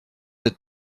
peut